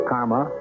Karma